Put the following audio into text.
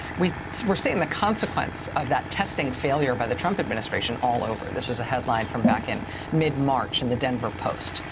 we were seeing the consequence of that testing failure by the trump administration all over. this was a headline from back in mid-march in the denver post.